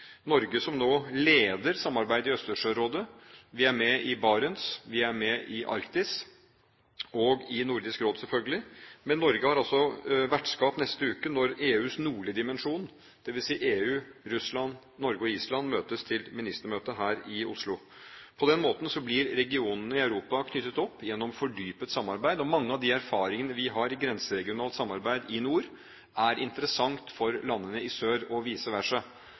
Norge leder nå arbeidet i Østersjørådet, vi er med i Barentsrådet, i Arktisk Råd og i Nordisk Råd, selvfølgelig. Norge er også vertskap neste uke når EUs nordlige dimensjon, det vil si EU, Russland, Norge og Island, møtes til ministermøte her i Oslo. På den måten blir regionene i Europa knyttet opp gjennom fordypet samarbeid. Mange av de erfaringene vi har med grenseregionalt samarbeid i nord, er interessante for landene i sør og